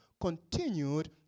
continued